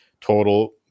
Total